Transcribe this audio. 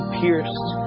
pierced